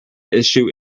issue